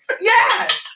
Yes